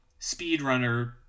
speedrunner